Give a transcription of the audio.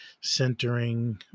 centering